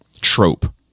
trope